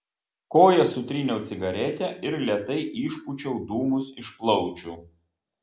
koja sutryniau cigaretę ir lėtai išpūčiau dūmus iš plaučių